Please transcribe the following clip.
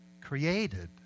created